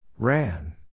Ran